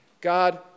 God